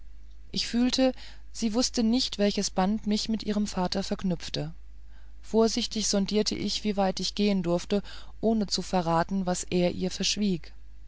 ich fühlte sie wußte nicht welches band mich mit ihrem vater verknüpfte vorsichtig sondierte ich wie weit ich gehen durfte ohne zu verraten was er ihr verschwieg